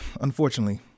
unfortunately